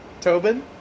Tobin